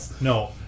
no